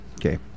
Okay